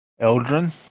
Eldrin